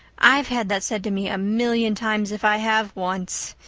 i've had that said to me a million times if i have once.